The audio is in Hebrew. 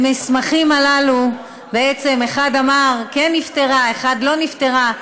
במסמכים האלה, אחד אמר כן נפטרה, אחד, לא נפטרה.